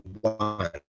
one